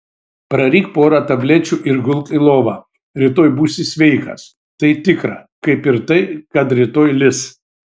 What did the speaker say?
praryk porą tablečių ir gulk į lovą rytoj būsi sveikas tai tikra kaip ir tai kad rytoj lis